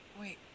Wait